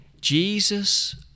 Jesus